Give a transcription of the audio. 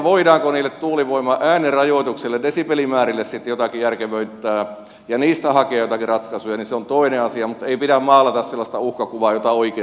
voidaanko niitä tuulivoiman äänirajoituksia desibelimääriä sitten jotenkin järkevöittää ja niihin hakea joitakin ratkaisuja on toinen asia mutta ei pidä maalata sellaista uhkakuvaa jota oikeasti ei ole